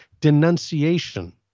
denunciation